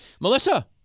Melissa